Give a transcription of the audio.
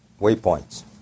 waypoints